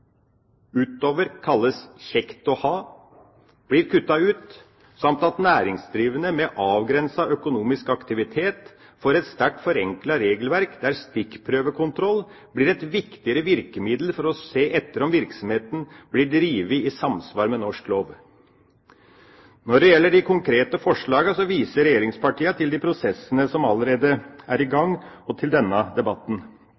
kalles kjekt å ha, blir kuttet ut, samt at næringsdrivende med avgrenset økonomisk aktivitet, får et sterkt forenklet regelverk der stikkprøvekontroll blir et viktigere virkemiddel for å se etter om virksomheten blir drevet i samsvar med norsk lov. Når det gjelder de konkrete forslagene, så viser regjeringspartiene til de prosessene som allerede er i